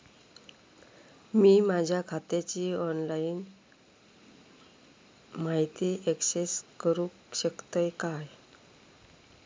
मी माझ्या खात्याची माहिती ऑनलाईन अक्सेस करूक शकतय काय?